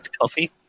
coffee